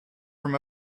from